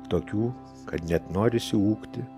tokių kad net norisi ūkti